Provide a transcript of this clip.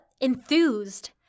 enthused